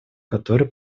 которые